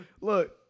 Look